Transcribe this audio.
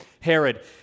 Herod